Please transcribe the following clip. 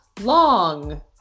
long